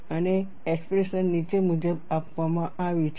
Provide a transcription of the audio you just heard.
અને એક્સપ્રેશન નીચે મુજબ આપવામાં આવી છે